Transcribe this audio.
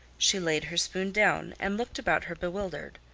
she laid her spoon down and looked about her bewildered.